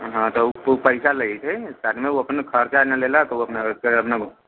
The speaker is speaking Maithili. हँ तऽ ओ प पैसा लैत हइ साथमे ओ अपन खर्चा नहि लेलक ओ अपना